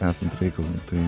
esant reikalui tai